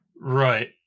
right